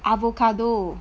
avocado